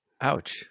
Ouch